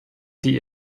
die